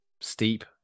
steep